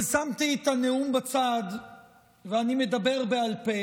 אבל שמתי את הנאום בצד ואני מדבר בעל פה,